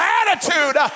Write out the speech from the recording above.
attitude